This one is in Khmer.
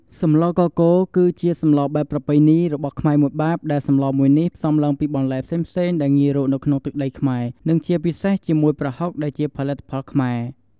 សម្លកកូរ គឺជាសម្លបែបប្រពៃណីរបស់ខ្មែរមួយបែប ដែលសម្លមួយនេះផ្សំឡើងពីបន្លែផ្សេងៗដែលងាយរកនៅក្នុងទឹកដីខ្មែរ និងជាពិសេសជាមួយប្រហុកដែលជាផលិតផលខ្មែរ។